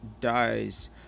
dies